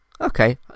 okay